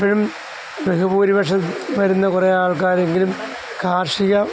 ഇപ്പഴും ബഹുഭൂരിപക്ഷം വരുന്ന കുറേ ആൾക്കാരെങ്കിലും കാർഷിക